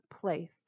place